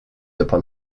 upon